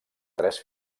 tres